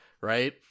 right